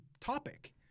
topic